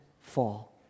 fall